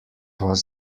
was